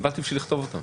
באתי לכתוב אותן.